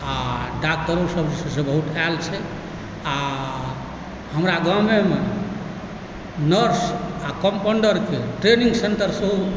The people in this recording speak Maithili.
आओर डॉक्टरो सब जे छै से बहुत आयल छै आओर हमरा गामेमे नर्स आओर कम्पाउण्डरकेँ ट्रेनिङ्ग सेन्टर सेहो